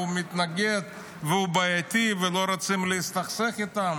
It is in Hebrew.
והוא מתנגד והוא בעייתי ולא רוצים להסתכסך איתם.